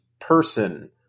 person